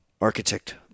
architect